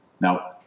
now